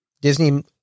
Disney